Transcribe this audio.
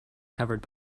covered